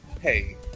hey